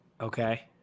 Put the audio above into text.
Okay